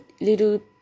little